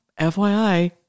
FYI